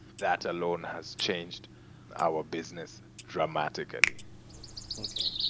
that alone has changed our business dramatically okay.